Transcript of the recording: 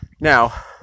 Now